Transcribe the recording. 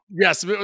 Yes